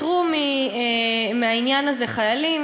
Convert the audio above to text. פטרו מהעניין הזה חיילים